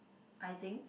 I think